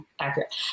accurate